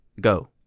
Go